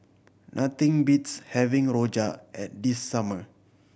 nothing beats having rojak at the summer